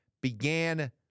began